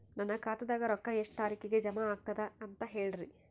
ನನ್ನ ಖಾತಾದಾಗ ರೊಕ್ಕ ಎಷ್ಟ ತಾರೀಖಿಗೆ ಜಮಾ ಆಗತದ ದ ಅಂತ ಹೇಳರಿ?